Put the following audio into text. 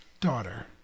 daughter